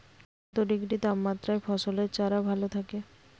কত ডিগ্রি তাপমাত্রায় ফসলের চারা ভালো থাকে?